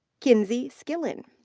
kinsey skillen.